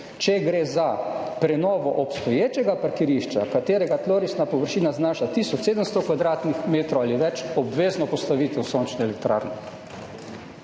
če gre za prenovo obstoječega parkirišča, katerega tlorisna površina znaša tisoč 700 kvadratnih metrov ali več, obvezno postavitev sončne elektrarne.